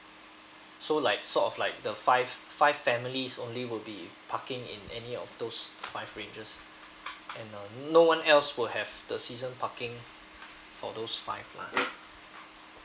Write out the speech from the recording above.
so like sort of like the five five families only will be parking in any of those five ranges and uh no one else will have the season parking for those five lah